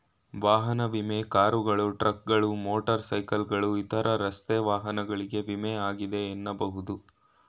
ವಾಹನ ವಿಮೆ ಕಾರುಗಳು, ಟ್ರಕ್ಗಳು, ಮೋಟರ್ ಸೈಕಲ್ಗಳು ಇತರ ರಸ್ತೆ ವಾಹನಗಳಿಗೆ ವಿಮೆ ಆಗಿದೆ ಎನ್ನಬಹುದು